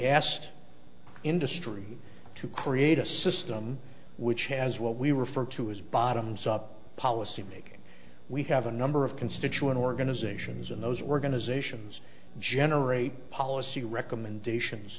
asked industry to create a system which has what we refer to as bottoms up policymaking we have a number of constituent organizations and those were going to zation generate policy recommendations